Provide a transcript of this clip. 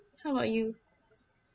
how about you